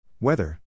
Weather